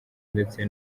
ndetse